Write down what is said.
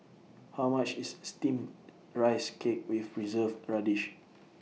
How much IS Steamed Rice Cake with Preserved Radish